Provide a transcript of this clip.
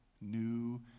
new